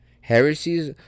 Heresies